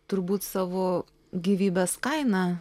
turbūt savo gyvybės kaina